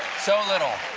so little.